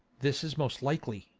this is most likely!